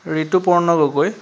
Rituparna Gogoi